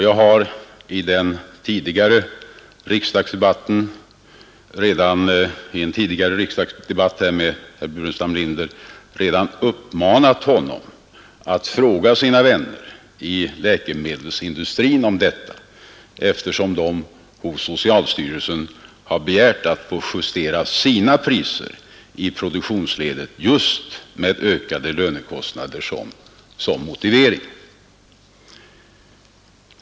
Jag har i en tidigare riksdagsdebatt med herr Burenstam Linder redan uppmanat honom att fråga sina vänner inom läkemedelsindustrin om detta, eftersom de hos socialstyrelsen har begärt att få justera sina priser i produktionsledet just med ökade lönekostnader som motivering.